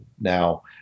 now